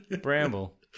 Bramble